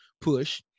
push